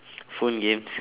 phone games